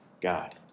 God